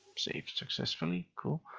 saved successfully. cool.